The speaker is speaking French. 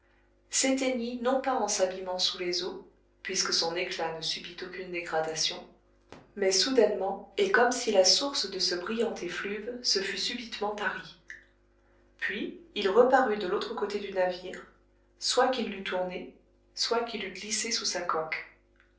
s'éteignit non pas en s'abîmant sous les eaux puisque son éclat ne subit aucune dégradation mais soudainement et comme si la source de ce brillant effluve se fût subitement tarie puis il reparut de l'autre côté du navire soit qu'il l'eût tourné soit qu'il eût glissé sous sa coque